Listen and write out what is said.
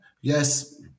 yes –